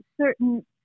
certain